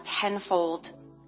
tenfold